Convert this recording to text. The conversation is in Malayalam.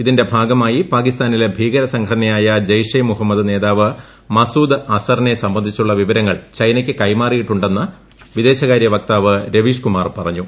ഇതിന്റെ ഭാഗമായി പാകിസ്ഥാനില്ലെ ഭീകര സംഘടനയായ ജയ്ഷെ മുഹമമദ് നേതാപ്പ് മീസുദ് അസ്ഹറിനെ സംബന്ധിച്ചുള്ള വിവരങ്ങൾ ചൈനയ്ക്ക് ക്കൈമാറിയിട്ടുണ്ടെന്ന് വിദേശകാര്യ വക്താവ് രവീഷ്കുമാർ പറഞ്ഞു